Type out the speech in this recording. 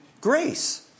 grace